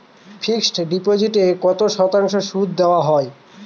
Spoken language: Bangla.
ফিক্সড ডিপোজিটে কত শতাংশ সুদ দেওয়া হয়?